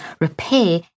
repair